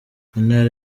intara